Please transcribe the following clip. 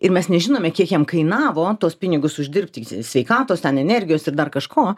ir mes nežinome kiek jam kainavo tuos pinigus uždirbti sveikatos ten energijos ir dar kažko